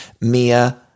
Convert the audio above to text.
Mia